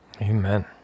Amen